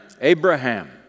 Abraham